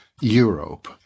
Europe